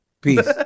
peace